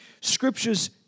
Scriptures